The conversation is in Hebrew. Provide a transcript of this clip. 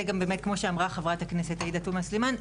כמו שאמרה חברת הכנסת עאידה תומא סלימאן,